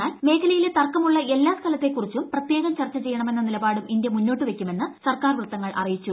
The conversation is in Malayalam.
എന്നാൽ മേഖലയിലെ തർക്കമുള്ള എല്ലാ സ്ഥലത്തെ കുറിച്ചും പ്രത്യേകം ചർച്ച ചെയ്യണമെന്ന നിലപാടും ഇന്ത്യ മുന്നോട്ടുവെക്കുമെന്ന് സർക്കാർ വൃത്തങ്ങൾ അറിയിച്ചു